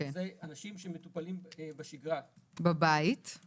זה אנשים שמטופלים בשגרה בביתם